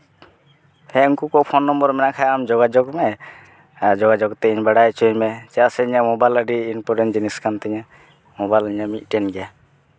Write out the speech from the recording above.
ᱦᱮᱸ ᱩᱱᱠᱩ ᱠᱚᱣᱟᱜ ᱢᱳᱵᱟᱭᱤᱞ ᱱᱚᱢᱵᱚᱨ ᱢᱮᱱᱟᱜ ᱠᱷᱟᱡ ᱟᱢ ᱡᱳᱜᱟᱡᱳᱜᱽ ᱢᱮ ᱟᱨ ᱡᱳᱜᱟᱡᱳᱜᱽ ᱠᱟᱛᱮᱜ ᱤᱧ ᱵᱟᱰᱟᱭ ᱦᱚᱪᱚᱧ ᱢᱮ ᱪᱮᱫᱟᱜ ᱥᱮ ᱤᱧᱟᱹᱜ ᱢᱳᱵᱟᱭᱤᱞ ᱟᱹᱰᱤ ᱤᱱᱯᱳᱨᱴᱮᱱᱴ ᱡᱤᱱᱤᱥ ᱠᱟᱱ ᱛᱤᱧᱟ ᱢᱳᱵᱟᱭᱤᱞ ᱤᱧᱟᱹᱜ ᱢᱤᱫᱴᱮᱱ ᱜᱮᱭᱟ